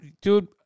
dude